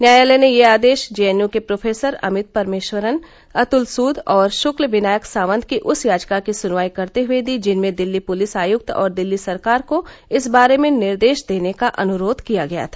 न्यायालय ने ये आदेश जेएनयू के प्रो अमित परमेश्वरन अतुल सूद और शुक्ल विनायक सावंत की उस याचिका की सुनवाई करते हुए दी जिनमें दिल्ली पुलिस आयुक्त और दिल्ली सरकार को इस बारे में निर्देश देने का अनुरोध किया गया था